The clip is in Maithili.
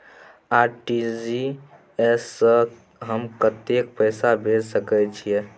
आर.टी.जी एस स हम कत्ते पैसा भेज सकै छीयै?